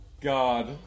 God